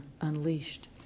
unleashed